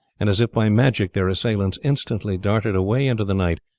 and as if by magic their assailants instantly darted away into the night,